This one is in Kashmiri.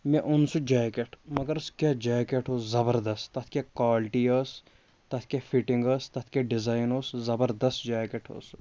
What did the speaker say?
مےٚ اوٚن سُہ جاکٮ۪ٹ مگر سُہ کیٛاہ جاکٮ۪ٹ اوس زَبردس تَتھ کیٛاہ کالٹی ٲس تَتھ کیٛاہ فِٹِنٛگ ٲس تَتھ کیٛاہ ڈِزایِن اوس زبردس جاکٮ۪ٹ اوس سُہ